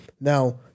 Now